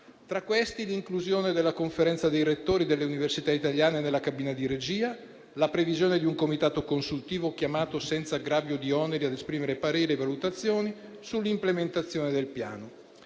Tra questi vi sono l'inclusione della conferenza dei rettori delle università italiane nella cabina di regia e la previsione di un comitato consultivo, chiamato a esprimere pareri e valutazioni sull'implementazione del piano,